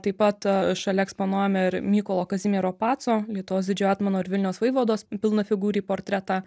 taip pat šalia eksponuojame ir mykolo kazimiero paco lietuvos didžiojo etmono ir vilniaus vaivados pilnafigūrį portretą